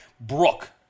Brooke